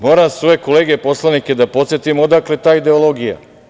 Moram svoje kolege poslanike da podsetim odakle ta ideologija.